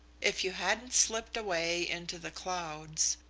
if you hadn't slipped away into the clouds.